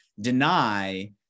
deny